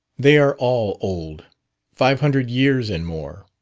they are all old five hundred years and more.